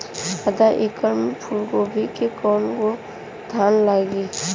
आधा एकड़ में फूलगोभी के कव गो थान लागी?